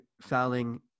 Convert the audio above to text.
fouling